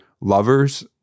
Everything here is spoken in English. lovers